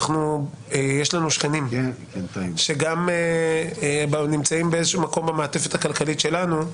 יש לנו שכנים שגם נמצאים באיזשהו מקום במעטפת הכלכלית שלנו,